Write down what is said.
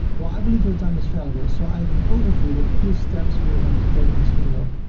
well, i believe your time is valuable. so i have an overview with a few steps. we're going to take in this video.